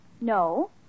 No